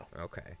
Okay